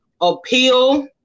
appeal